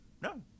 No